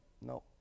No